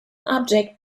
object